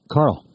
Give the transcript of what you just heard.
Carl